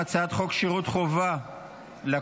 הצעת חוק שירות חובה לכול,